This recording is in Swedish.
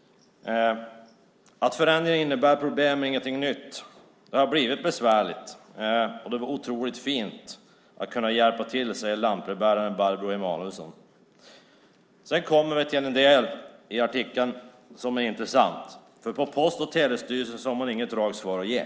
- Att förändringen innebär problem är ingenting nytt. - Det har blivit besvärligt nu, det var otroligt fint att kunna hjälpa till, säger lantbrevbärare Barbro Emanuelsson." Sedan kommer vi till en intressant del i artikeln, som alltså är från i går: "På Post och telestyrelsen har man inget rakt svar att ge.